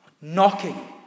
knocking